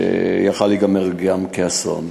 שיכול היה להיגמר גם כאסון.